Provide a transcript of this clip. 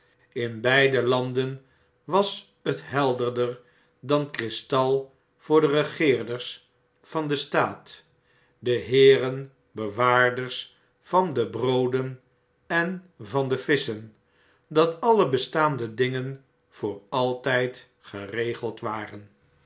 in beide landen was het helderder dan kristal voor deregeerders van den staat de heeren bewaarders dickens in londen en pari in londen en parijs van de brooden en van de visschen dat alle bestaande dingen voor altjjd geregeld waren